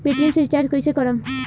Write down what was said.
Paytm से recharge कईसे करम?